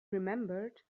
remembered